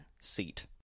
seat